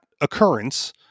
occurrence